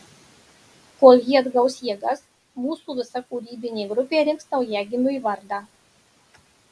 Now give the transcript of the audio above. kol ji atgaus jėgas mūsų visa kūrybinė grupė rinks naujagimiui vardą